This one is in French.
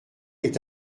est